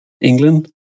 England